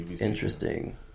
Interesting